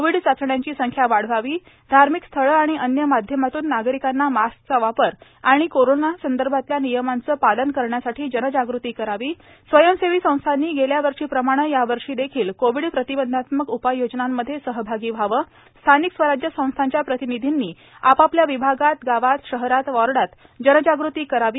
Covid चाचण्यांची संख्या वाढवावी धार्मिक स्थळे आणि अन्य माध्यमातून नागरिकांना मास्कचा वापर आणि कोरोना संदर्भातल्या नियमांचं पालन करण्यासाठी जनजाग़ती करावी स्वयंसेवी संस्थांनी गेल्यावर्षी प्रमाणे या वर्षी देखील कोविड प्रतिबंधात्मक उपाययोजनामध्ये सहभागी व्हावं स्थानिक स्वराज्य संस्थांच्या प्रतिनिधींनी आपापल्या विभागात गावात शहरात वार्डात जनजाग़ती करावी